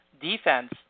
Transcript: defense